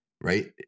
right